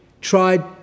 tried